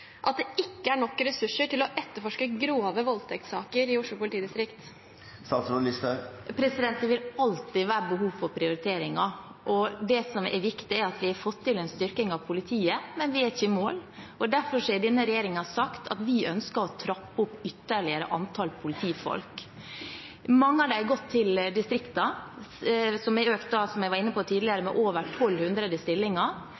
at det ikke er nok ressurser til å etterforske grove voldtektssaker i Oslo politidistrikt? Det vil alltid være behov for prioriteringer. Det som er viktig, er at vi har fått til en styrking av politiet, men vi er ikke i mål. Derfor har denne regjeringen sagt at den ønsker å trappe opp antallet politifolk ytterligere. Mange av dem har gått til distriktene, hvor det har vært en økning på over 1 200 stillinger, som jeg var inne på tidligere.